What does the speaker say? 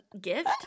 gift